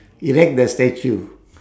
erect the statue